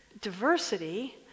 diversity